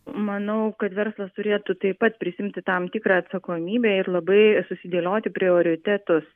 manau kad verslas turėtų taip pat prisiimti tam tikrą atsakomybę ir labai susidėlioti prioritetus